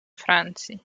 francji